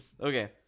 Okay